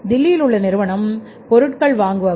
தில்லியில் உள்ள நிறுவனம் பொருட்கள் வாங்குபவர்